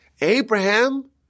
Abraham